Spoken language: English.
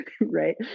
right